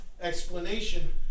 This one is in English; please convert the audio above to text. explanation